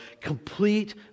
complete